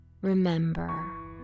Remember